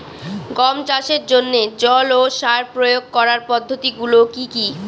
গম চাষের জন্যে জল ও সার প্রয়োগ করার পদ্ধতি গুলো কি কী?